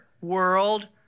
world